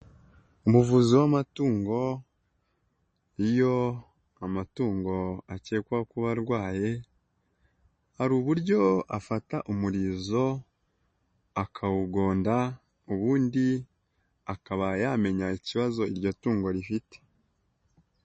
Umuvuzi w'amatungo iyo amatungo akekwaho kuba arwaye, hari uburyo afata umurizo akawugonda ubundi akaba yamenya ikibazo iryo tungo rifite.